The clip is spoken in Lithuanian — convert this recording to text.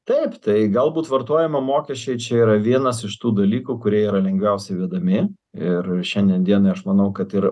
taip tai galbūt vartojimo mokesčiai čia yra vienas iš tų dalykų kurie yra lengviausiai įvedami ir šiandien dienai aš manau kad ir